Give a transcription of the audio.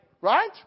Right